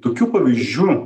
tokių pavyzdžių